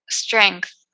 strength